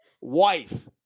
wife